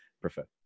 prefer